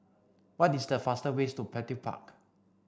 what is the fastest ways to Petir Park